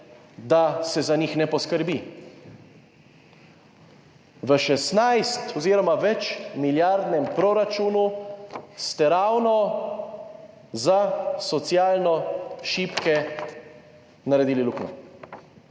da se za njih ne poskrbi! V 16-milijardnem oziroma večmilijardnem proračunu ste ravno za socialno šibke naredili luknjo.